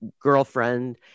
girlfriend